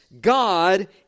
God